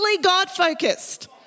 God-focused